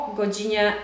godzinie